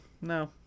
no